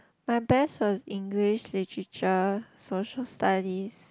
my best was English literature Social-Studies